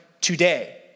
today